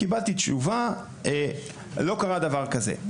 קיבלתי תשובה, "לא קרה דבר כזה".